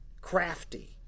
Crafty